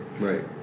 Right